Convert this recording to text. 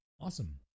Awesome